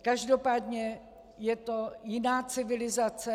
Každopádně je to jiná civilizace.